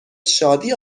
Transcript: شادی